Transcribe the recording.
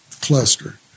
cluster